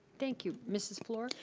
thank you, mrs. fluor?